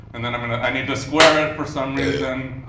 and then i mean i need to square it for some reason.